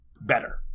better